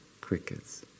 crickets